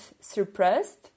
suppressed